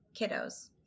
kiddos